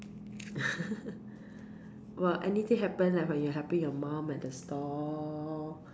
well anything happen ah when you helping your mum at the store